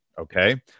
Okay